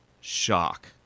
shock